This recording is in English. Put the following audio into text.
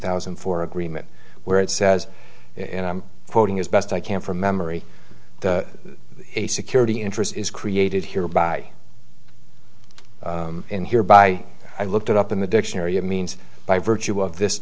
thousand and four agreement where it says and i'm quoting as best i can from memory a security interest is created here by in here by i looked it up in the dictionary it means by virtue of this